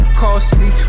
costly